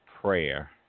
prayer